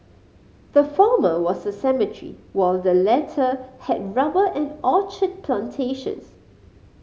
the former was a cemetery while the latter had rubber and orchard plantations